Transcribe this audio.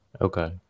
Okay